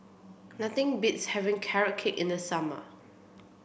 nothing beats having carrot cake in the summer